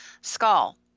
skull